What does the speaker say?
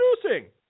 producing